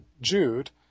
Jude